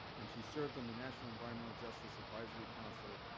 and she served on the national environmental justice advisory council,